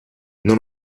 non